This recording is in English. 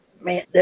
man